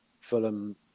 Fulham